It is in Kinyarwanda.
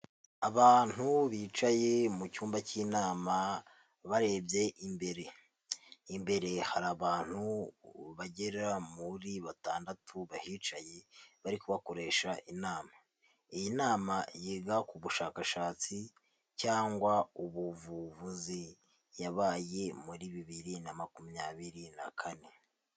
Abantu bicaye mu cyumba cy'inama barebye imbere. Imbere hari abantu bagera muri batandatu bahicaye, bari kubakoresha inama. Iyi nama yiga ku bushakashatsi cyangwa ubuvuvuzi, yabaye muri bibiri na makumyabiri na kane.